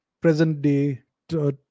present-day